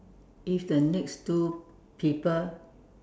if the next two people